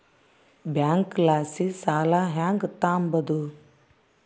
ಬ್ಯಾಂಕಲಾಸಿ ಸಾಲ ಹೆಂಗ್ ತಾಂಬದು?